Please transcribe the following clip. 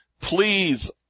Please